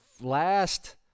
last